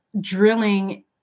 drilling